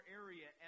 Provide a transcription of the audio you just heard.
area